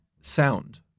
sound